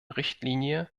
richtlinie